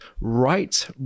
Right